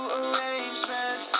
arrangement